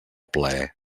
plaer